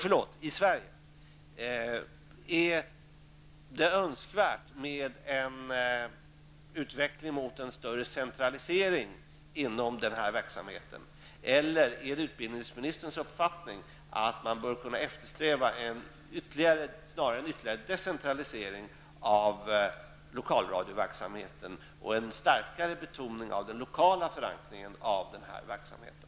Är det önskvärt med en utveckling mot en större centralisering inom den här verksamheten, eller är det utbildningsministerns uppfattning att man snarare bör eftersträva ytterligare decentralisering av lokalradioverksamheten och en starkare betoning av den lokala förankringen beträffande den här verksamheten?